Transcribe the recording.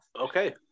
Okay